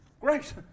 Great